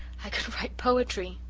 i could write poetry,